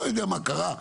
לא יודע מה קרה.